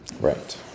Right